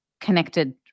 connected